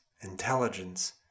intelligence